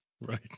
Right